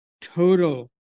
total